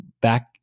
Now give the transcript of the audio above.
back